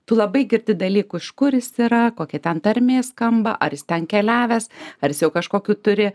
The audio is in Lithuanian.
tu labai girdi dalykų iš kur jis yra kokia ten tarmė skamba ar jis ten keliavęs ar jis kažkokį turi